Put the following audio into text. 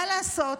מה לעשות,